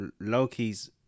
loki's